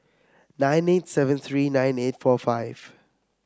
nine eight seven three nine eight four five